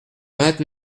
vingt